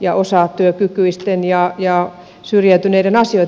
ja osatyökykyisten ja syrjäytyneiden asioita